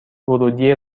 ورودی